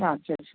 আচ্ছা আচ্ছা